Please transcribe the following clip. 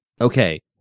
Okay